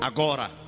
Agora